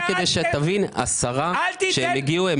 כשהשרה הגיעה,